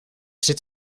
zit